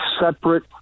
separate